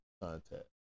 contact